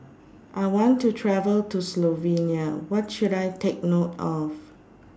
I want to travel to Slovenia What should I Take note of